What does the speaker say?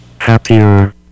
Happier